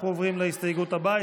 אנחנו עוברים להסתייגות הבאה,